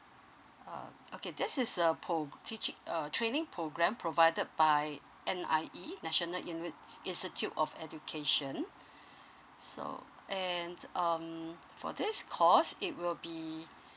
oh okay this is a teaching a training program provided by n i e national institute of education so and um for this course it will be